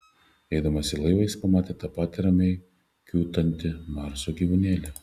eidamas į laivą jis pamatė tą patį ramiai kiūtantį marso gyvūnėlį